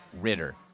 Ritter